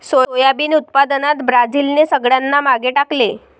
soybean उत्पादनात ब्राझीलने सगळ्यांना मागे टाकले